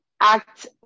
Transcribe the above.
act